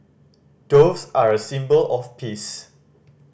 doves are a symbol of peace